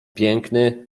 piękny